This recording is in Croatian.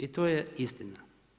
I to je istina.